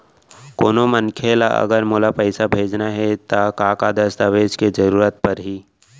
कोनो मनखे ला अगर मोला पइसा भेजना हे ता का का दस्तावेज के जरूरत परही??